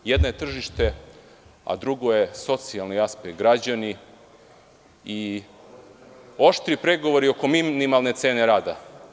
Jedna je tržište, a druga je socijalni aspekt, građani i oštri pregovori oko minimalne cene rada.